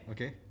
Okay